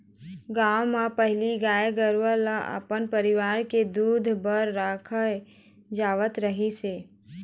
गाँव म पहिली गाय गरूवा ल अपन परिवार के दूद बर राखे जावत रहिस हे